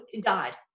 died